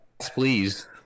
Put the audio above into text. please